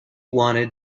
wanted